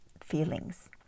feelings